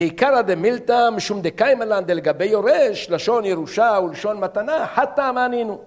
עיקרא דמילתא משום דקיימא לן דלגבי יורש, לשון ירושה ולשון מתנה, חדה מילתא נינהו.